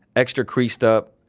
extra creased up.